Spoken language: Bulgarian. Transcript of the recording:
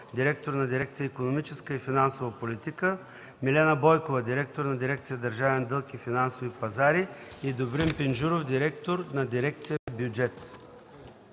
директор на Дирекция „Икономическа и финансова политика”, Милена Бойкова – директор на Дирекция „Държавен дълг и финансови пазари”, и Добрин Пинджуров – директор на Дирекция „Бюджет”.